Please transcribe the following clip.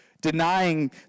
denying